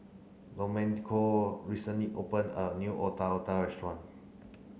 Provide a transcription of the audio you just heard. Domenico recently opened a new Otak Otak restaurant